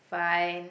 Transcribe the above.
fine